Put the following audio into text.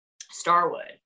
Starwood